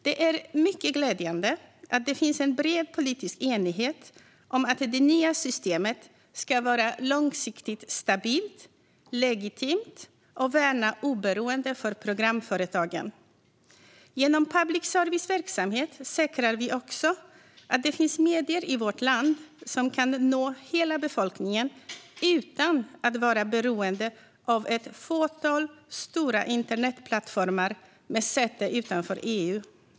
Det är mycket glädjande att det finns en bred politisk enighet om att det nya systemet ska vara långsiktigt stabilt, legitimt och värna oberoende för programföretagen. Genom public services verksamhet säkrar vi också att det finns medier i vårt land som kan nå hela befolkningen utan att vara beroende av ett fåtal stora internetplattformar med säte utanför EU.